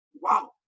wow